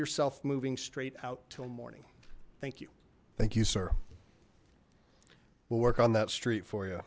yourself moving straight out till morning thank you thank you sir we'll work on that street for y